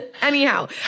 Anyhow